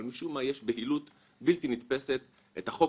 אבל משום מה יש בהילות בלתי נתפסת לחוקק את החוק